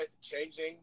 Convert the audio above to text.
changing